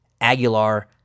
Aguilar